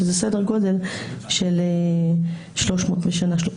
שזה סדר גודל של 300 בשנה.